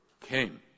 came